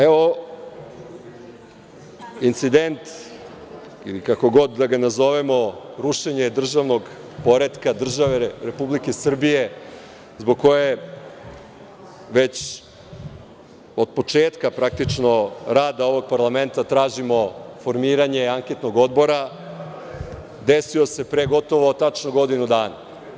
Evo incident ili kako god da ga nazovemo, rušenje državnog poretka države Republike Srbije, zbog koje već od početka praktično rada ovog parlamenta tražimo formiranje anketnog odbora, desio se pre gotovo tačno godinu dana.